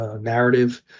narrative